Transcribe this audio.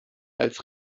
als